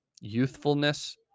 Youthfulness